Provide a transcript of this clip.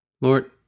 Lord